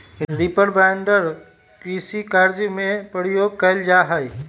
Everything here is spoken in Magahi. रीपर बाइंडर कृषि कार्य में प्रयोग कइल जा हई